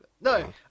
No